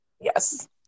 Yes